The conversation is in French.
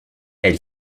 elle